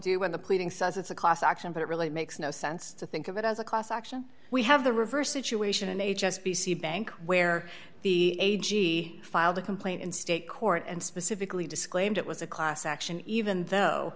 do when the pleading says it's a class action but it really makes no sense to think of it as a class action we have the reverse situation in h s b c bank where the a g t filed a complaint in state court and specifically disclaimed it was a classic action even though